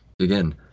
again